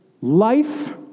life